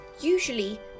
Usually